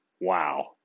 Wow